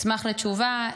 אשמח לתשובה.